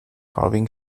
carving